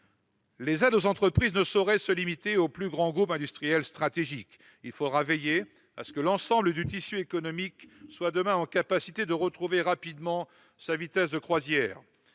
Les aides aux entreprises ne sauraient se limiter aux plus grands groupes industriels stratégiques ; il faudra veiller à ce que l'ensemble du tissu économique soit demain en mesure de retrouver rapidement sa vitesse de croisière.